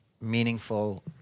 meaningful